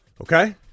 okay